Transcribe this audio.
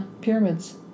pyramids